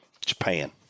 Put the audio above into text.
Japan